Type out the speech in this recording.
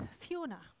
Fiona